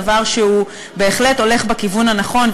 דבר שבהחלט הולך בכיוון הנכון,